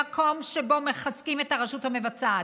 במקום שבו מחזקים את הרשות המבצעת,